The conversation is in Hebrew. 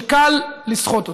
שקל לסחוט אותו."